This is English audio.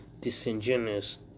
disingenuous